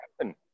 happen